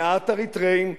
מעט אריתריאים,